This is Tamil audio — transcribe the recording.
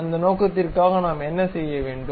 அந்த நோக்கத்திற்காக நாம் என்ன செய்ய வேண்டும்